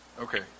Okay